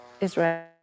Israel